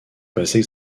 passer